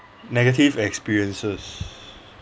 negative experiences